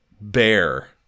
bear